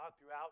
throughout